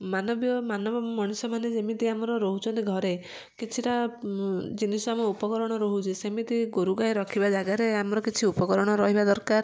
ମାନବୀୟ ମାନବ ମଣିଷମାନେ ଯେମିତି ଆମର ରହୁଛନ୍ତି ଘରେ କିଛିଟା ଜିନିଷ ଆମ ଉପକରଣ ରହୁଛି ସେମିତି ଗୋରୁଗାଈ ରଖିବା ଯାଗାରେ ଆମର କିଛି ଉପକରଣ ରହିବା ଦରକାର